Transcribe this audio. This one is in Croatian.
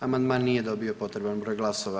Amandman nije dobio potreban broj glasova.